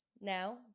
Now